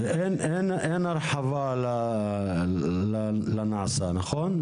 אין הרחבה לנעשה, נכון?